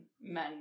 men